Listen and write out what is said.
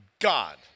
God